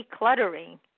decluttering